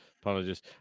Apologies